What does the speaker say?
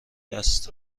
است